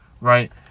right